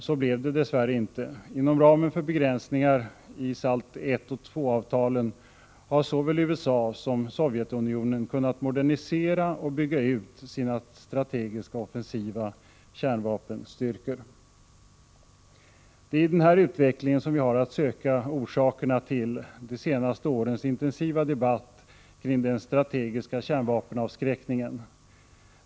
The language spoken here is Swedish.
Så blev det dess värre inte. Inom ramen för begränsningar i SALT 1 och SALT 2-avtalen har såväl USA som Sovjetunionen kunnat modernisera och bygga ut sina strategiska offensiva kärnvapenstyrkor. I denna utveckling har vi att söka orsakerna till de senaste årens intensiva debatt kring den strategiska kärnvapenavskräckningen.